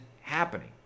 happening